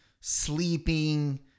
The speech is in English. sleeping